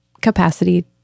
capacity